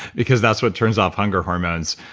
because that's what turns off hunger hormones.